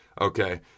Okay